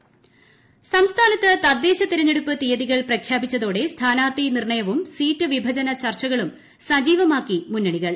തദ്ദേശ തിരഞ്ഞെടുപ്പ് സംസ്ഥാനത്ത് തദ്ദേശ തിരഞ്ഞെട്ടുപ്പ് തീയതികൾ പ്രഖ്യാപിച്ചതോടെ സ്ഥാനാർത്ഥി നിർണയവും സീറ്റ് പ്രിഭ്ജന ചർച്ചകളും സജീവമാക്കി മുന്നണികൾ